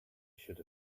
should